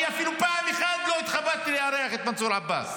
אני אפילו פעם אחת לא התכבדתי לארח את מנסור עבאס.